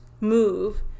move